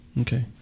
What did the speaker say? Okay